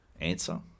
answer